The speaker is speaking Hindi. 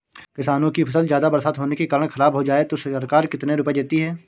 किसानों की फसल ज्यादा बरसात होने के कारण खराब हो जाए तो सरकार कितने रुपये देती है?